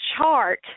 chart